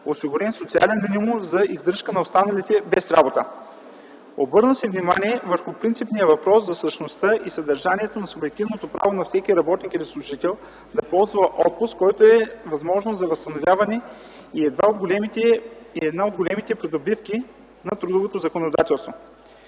осигурен социален минимум за издръжка на останалите без работа. Обърна се внимание върху принципния въпрос за същността и съдържанието на субективното право на всеки работник и служител да ползва отпуск, който е възможност за възстановяване и една от големите придобивки на трудовото законодателство.